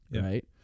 right